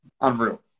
Unreal